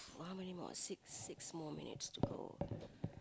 how many more six six more minutes to go